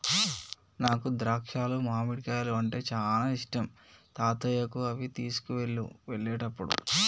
నాకు ద్రాక్షాలు మామిడికాయలు అంటే చానా ఇష్టం తాతయ్యకు అవి తీసుకువెళ్ళు వెళ్ళేటప్పుడు